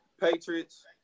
Patriots